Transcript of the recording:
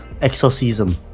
exorcism